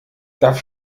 darf